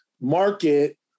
market